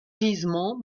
gisement